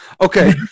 Okay